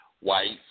whites